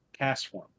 Castform